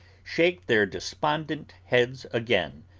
shake their despondent heads again,